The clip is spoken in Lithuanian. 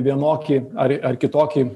vienokį ar ar kitokį